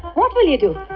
what will you do?